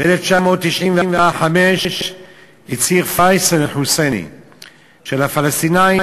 ב-1995 הצהיר פייסל אל-חוסייני שלפלסטינים